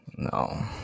No